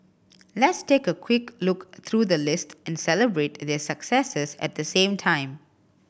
let's take a quick look through the list and celebrate their successes at the same time